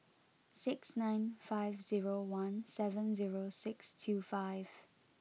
six nine five zero one seven zero six two five